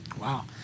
Wow